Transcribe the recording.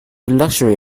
luxury